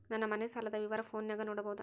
ನನ್ನ ಮನೆ ಸಾಲದ ವಿವರ ಫೋನಿನಾಗ ನೋಡಬೊದ?